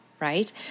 Right